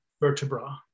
vertebra